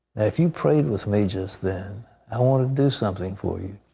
if you prayed with me just then, i want to do something for you.